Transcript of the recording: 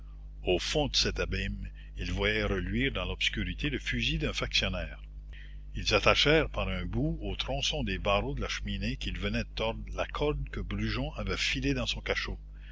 au fond de cet abîme ils voyaient reluire dans l'obscurité le fusil d'un factionnaire ils attachèrent par un bout aux tronçons des barreaux de la cheminée qu'ils venaient de tordre la corde que brujon avait filée dans son cachot